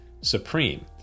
supreme